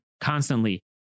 constantly